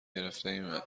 گرفتهایم